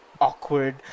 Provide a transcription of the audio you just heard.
awkward